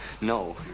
No